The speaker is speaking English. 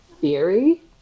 theory